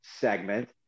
segment